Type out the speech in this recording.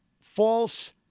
false